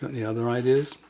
got any other ideas?